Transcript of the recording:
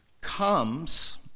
comes